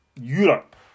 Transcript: Europe